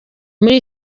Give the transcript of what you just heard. muri